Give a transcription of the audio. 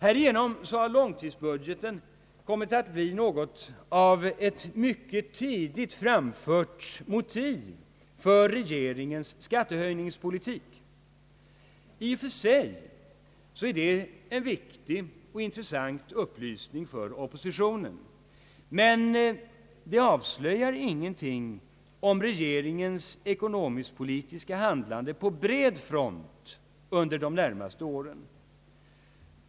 Långtidsbudgeten har härigenom kommit att bli något av ett mycket tidigt framfört motiv för regeringens skattehöjningspolitik. I och för sig är detta en viktig och intressant upplysning för oppositionen, men det avslöjar ingenting om regeringens ekonomiskt-politiska hand lande på bred front under de närmaste åren.